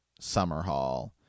Summerhall